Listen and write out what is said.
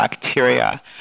bacteria